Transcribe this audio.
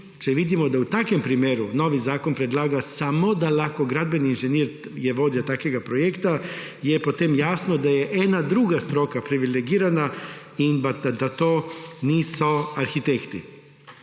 če vidimo, da v takem primeru novi zakon predlaga, da je lahko samo gradbeni inženir vodja takega projekta, je potem jasno, da je neka druga stroka privilegirana in da to niso arhitekti.